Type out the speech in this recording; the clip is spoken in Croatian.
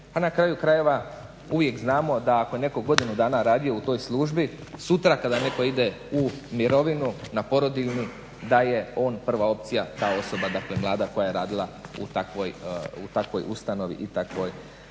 na kraju krajeva uvijek znamo da ako je neko godinu dana radio u toj službi, sutra kada neko ide u mirovinu, na porodiljni, da je on prva opcija, ta osoba, dakle mlada koja je radila u takvoj ustanovi i takvoj